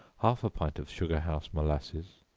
half a pint of sugar-house molasses,